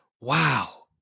wow